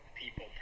people